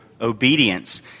obedience